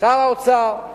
שר האוצר,